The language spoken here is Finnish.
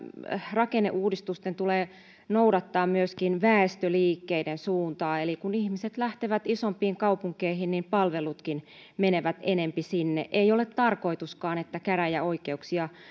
rakenneuudistusten tulee noudattaa myöskin väestöliikkeiden suuntaa eli kun ihmiset lähtevät isompiin kaupunkeihin niin palvelutkin menevät enempi sinne ei ole tarkoituskaan että käräjäoikeuksia